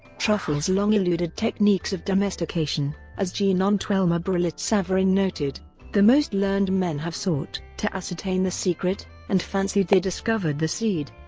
truffles long eluded techniques of domestication, as jean-anthelme brillat-savarin noted the most learned men have sought to ascertain the secret, and fancied they discovered the seed.